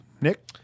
Nick